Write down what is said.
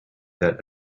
that